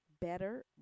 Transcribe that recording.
Better